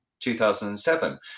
2007